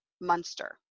Munster